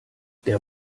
der